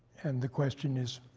and the question is,